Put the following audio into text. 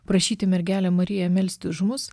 prašyti mergelę mariją melsti už mus